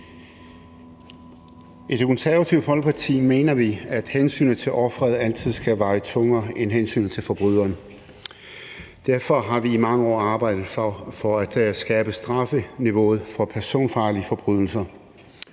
I Det Konservative Folkeparti mener vi, at hensynet til offeret altid skal veje tungere end hensynet til forbryderen. Derfor har vi i mange år arbejdet for at skærpe strafniveauet for personfarlige forbrydelser